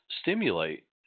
stimulate